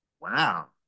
Wow